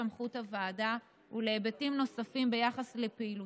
סמכות הוועדה ולהיבטים נוספים ביחס לפעילותה.